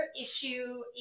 issue